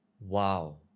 Wow